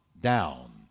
down